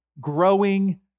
growing